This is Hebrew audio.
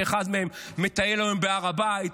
שאחד מהם מטייל היום בהר הבית,